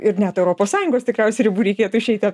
ir net europos sąjungos tikriausiai ribų reikėtų išeiti